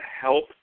help